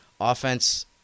offense